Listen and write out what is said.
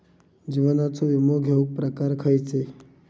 जीवनाचो विमो घेऊक प्रकार खैचे?